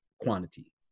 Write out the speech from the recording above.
quantity